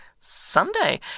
Sunday